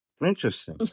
Interesting